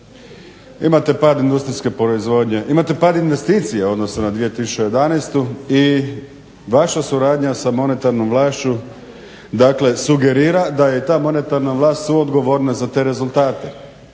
Imate pad industrijske proizvodnje, imate pad investicija u odnosu na 2011.i vaša suradnja sa monetarnom vlašću sugerira da je ta monetarna vlast suodgovorna za te rezultate.